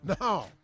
No